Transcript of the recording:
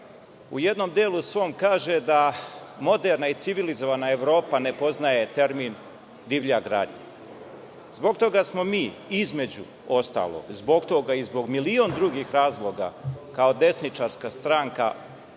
u jednom svom delu kaže da moderna i civilizovana Evropa ne poznaje termin „divlja gradnja“. Zbog toga smo mi, između ostalog zbog toga i zbog milion drugih razloga, kao desničarska stranka